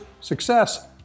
success